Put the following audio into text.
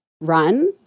run